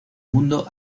mundo